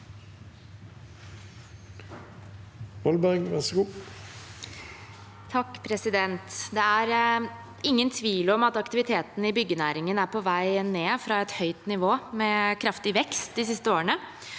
(H) Det er ingen tvil om at aktiviteten i byggenæringen er på vei ned fra et høyt nivå med kraftig vekst de siste årene.